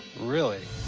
really?